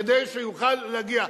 כדי שיוכל להגיע.